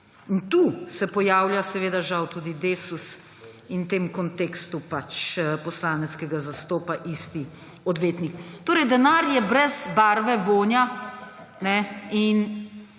In tu se pojavlja, seveda žal, tudi Desus in v tem kontekstu pač poslanec, ki ga zastopa isti odvetnik. Torej, denar je brez barve, vonja. Če vi